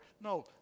No